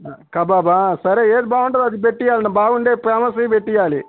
కబాబా సరే ఏది బాగుంటుందో అది పెట్టి ఇవ్వాలి బాగుండే ఫెమస్వి పెట్టి ఇవ్వాలి